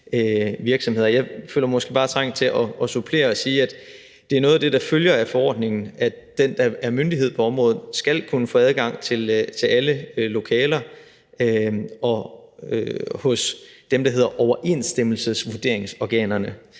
Jeg føler måske bare trang til at supplere med at sige, at det er noget af det, der følger af forordningen: at den, der er myndighed på området, skal kunne få adgang til alle lokaler hos dem, der hedder overensstemmelsesvurderingsorganer,